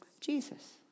Jesus